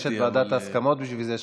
מעבר לזה יש ועדת ההסכמות בשביל זה,